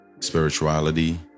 spirituality